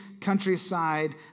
countryside